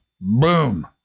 Boom